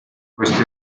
questo